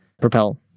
propel